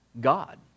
God